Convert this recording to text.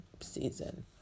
season